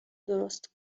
درست